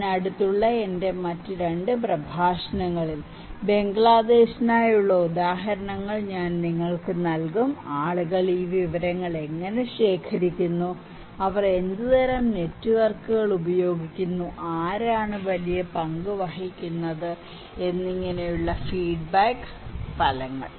അതിനടുത്തുള്ള എന്റെ മറ്റ് 2 പ്രഭാഷണങ്ങളിൽ ബംഗ്ലാദേശിനായുള്ള ഉദാഹരണങ്ങൾ ഞാൻ നിങ്ങൾക്ക് നൽകും ആളുകൾ ഈ വിവരങ്ങൾ എങ്ങനെ ശേഖരിക്കുന്നു അവർ ഏതുതരം നെറ്റ്വർക്കുകൾ ഉപയോഗിക്കുന്നു ആരാണ് വലിയ പങ്ക് വഹിക്കുന്നത് എന്നിങ്ങനെയുള്ള ഫീഡ്ബാക്ക് ഫലങ്ങൾ